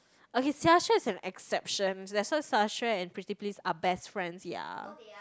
okay xiaxue is an exception that's why xiaxue and Preetipls are best friends ya